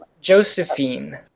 Josephine